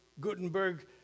Gutenberg